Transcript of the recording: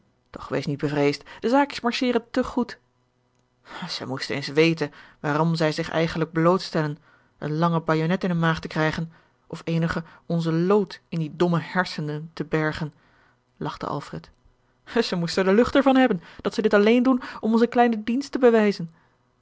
doch wees niet bevreesd de zaakjes marcheren te goed george een ongeluksvogel zij moesten eens weten waarom zij zich eigenlijk blootstellen eene lange bajonet in hunne maag te krijgen of eenige onsen lood in die domme hersenen te bergen lachte alfred zij moesten de lucht er van hebben dat zij dit alleen doen om ons eene kleine dienst te bewijzen